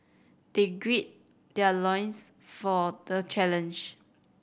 they gird their loins for the challenge